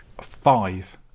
five